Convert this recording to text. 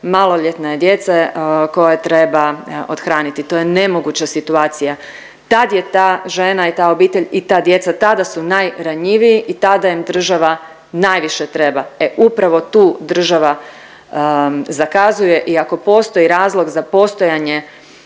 maloljetne djece koja treba othraniti. To je nemoguća situacija. Tad je ta žena i ta obitelj i ta djeca, tada su najranjiviji i tada im država najviše treba. E upravo tu država zakazuje i ako postoji razlog za postojanje